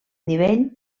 nivell